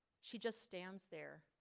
she just stands there,